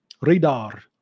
Radar